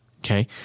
okay